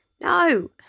No